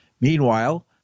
Meanwhile